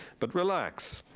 but relax,